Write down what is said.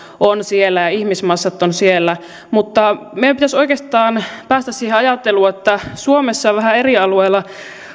ja ihmismassat ovat siellä mutta meidän pitäisi oikeastaan päästä siihen ajatteluun että suomessa vähän eri alueilla